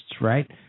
Right